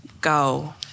go